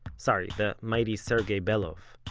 sorry, the mighty sergei belov.